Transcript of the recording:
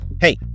Hey